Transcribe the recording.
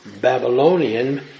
Babylonian